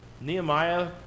Nehemiah